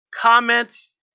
comments